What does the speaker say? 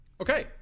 Okay